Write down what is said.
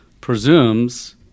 presumes –